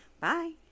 Bye